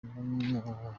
n’umuriro